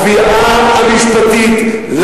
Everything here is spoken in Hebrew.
התביעה המשפטית,